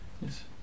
Yes